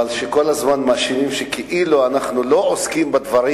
הזמן מאשימים שכאילו אנחנו לא עוסקים בדברים